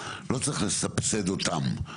לא צריך לסבסד אותם,